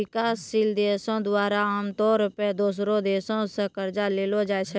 विकासशील देशो द्वारा आमतौरो पे दोसरो देशो से कर्जा लेलो जाय छै